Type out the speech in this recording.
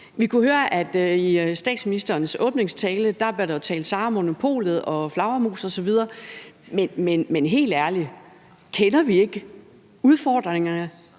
Vi kunne høre, at der i statsministerens åbningstale blev talt om Sara og Monopolet og flagermus osv. Men helt ærligt, kender vi ikke udfordringerne?